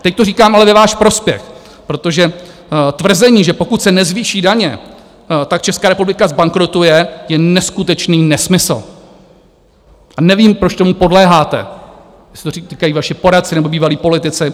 Teď to říkám ale ve váš prospěch, protože tvrzení, že pokud se nezvýší daně, Česká republika zbankrotuje, je neskutečný nesmysl, a nevím, proč tomu podléháte, jestli to říkají vaši poradci, nebo bývalí politici.